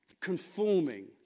conforming